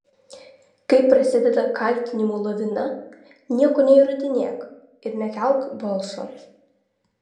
kai prasideda kaltinimų lavina nieko neįrodinėk ir nekelk balso